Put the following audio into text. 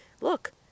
look